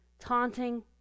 taunting